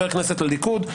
גלעד, הכול בסדר.